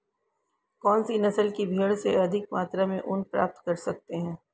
कौनसी नस्ल की भेड़ से अधिक मात्रा में ऊन प्राप्त कर सकते हैं?